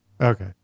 Okay